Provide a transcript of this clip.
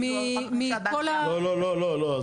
מכל --- לא, לא, לא.